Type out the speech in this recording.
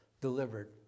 delivered